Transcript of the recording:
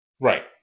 Right